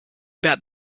about